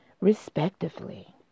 respectively